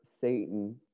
Satan